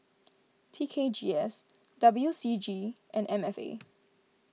T K G S W C G and M F A